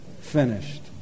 Finished